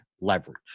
leverage